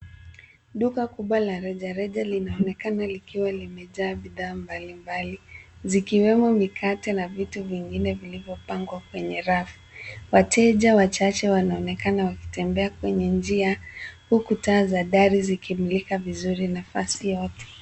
Duka kubwa la rejareja linaonekana likiwa limejaa bidhaa mbalimbali, zikiwemo mikate na vitu vingine vilivyopangwa kwenye rafu. Wateja wachache wanaonekana wakitembea kwenye njia, huku taa za dhari zikimulika vizuri nafasi yote.